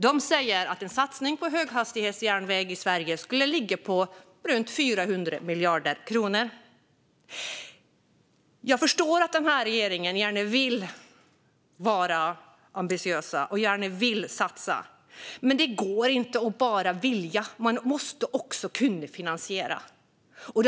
De säger att en satsning på höghastighetsjärnväg i Sverige skulle ligga på runt 400 miljarder kronor. Jag förstår att den här regeringen gärna vill vara ambitiös och gärna vill satsa. Men det går inte att bara vilja, utan man måste också kunna finansiera det hela.